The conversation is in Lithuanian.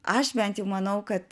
aš bent jau manau kad